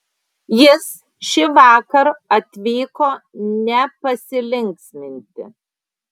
jis šįvakar atvyko ne pasilinksminti